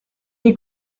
est